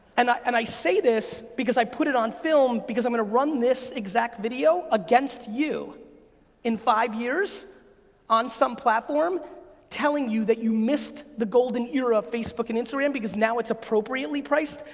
and i and i say this, because i put it on film, because i'm gonna run this exact video against you in five years on some platform telling you that you missed the golden era of facebook and instagram, because now it's appropriately priced,